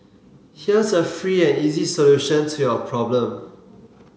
here's a free and easy solution to your problem